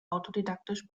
autodidaktisch